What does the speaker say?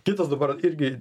kitas dabar irgi